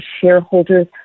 shareholders